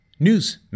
News